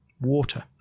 Water